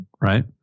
right